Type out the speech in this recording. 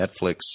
netflix